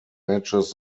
matches